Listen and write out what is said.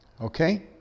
Okay